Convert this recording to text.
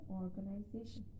organization